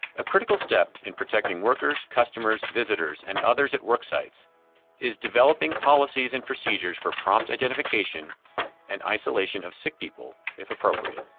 a critical step in protecting workers, customers, visitors and others at work sites is developing policies and procedures for prompt identification and isolation of sick people if appropriate.